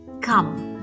Come